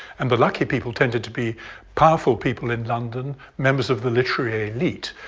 and the lucky people tended to be powerful people in london, members of the literary elite.